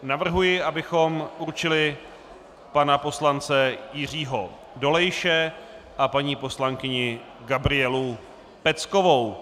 Navrhuji, abychom určili pana poslance Jiřího Dolejše a paní poslankyni Gabrielu Peckovou.